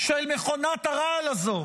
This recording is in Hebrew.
של מכונת הרעל הזו,